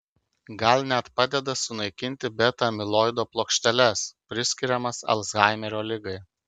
gal net padeda sunaikinti beta amiloido plokšteles priskiriamas alzhaimerio ligai